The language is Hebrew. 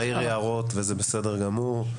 חבר הכנסת שירי מעיר הערות וזה בסדר גמור.